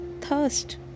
Thirst